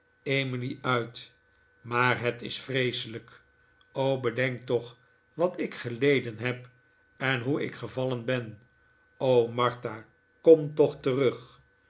emily uit maar het is vreeselijk o bedenk toch wat ik geleden heb en hoe ik gevallen ben o martha kom toch terug